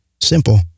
simple